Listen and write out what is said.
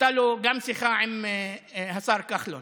הייתה לו גם שיחה עם השר כחלון.